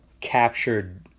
captured